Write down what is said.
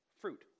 fruit